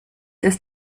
ist